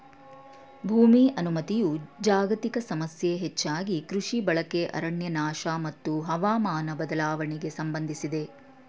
ಭೂಮಿ ಅವನತಿಯು ಜಾಗತಿಕ ಸಮಸ್ಯೆ ಹೆಚ್ಚಾಗಿ ಕೃಷಿ ಬಳಕೆ ಅರಣ್ಯನಾಶ ಮತ್ತು ಹವಾಮಾನ ಬದಲಾವಣೆಗೆ ಸಂಬಂಧಿಸಿದೆ